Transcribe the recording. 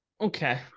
Okay